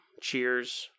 Cheers